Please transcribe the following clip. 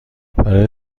برای